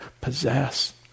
possess